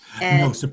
No